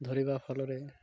ଧରିବା ଫଲରେ